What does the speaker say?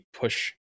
push